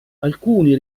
alcuni